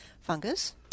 fungus